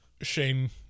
Shane